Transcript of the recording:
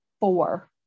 four